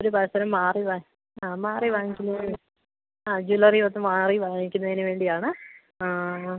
ഒരു പാദസരം മാറി ആ മാറി വാങ്ങിക്കുന്നതിന് ആ ജ്വല്ലറി വന്ന് മാറി വാങ്ങിക്കുന്നതിന് വേണ്ടിയാണ് ആണ്